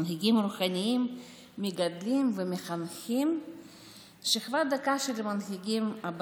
המנהיגים הרוחניים מגדלים ומחנכים שכבה דקה של מנהיגים,